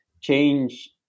change